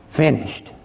finished